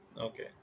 Okay